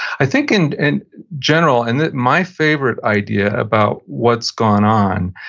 i think in and general, and my favorite idea about what's gone on,